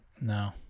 No